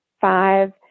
five